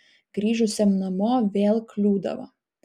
grįžusiam namo vėl kliūdavo